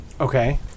Okay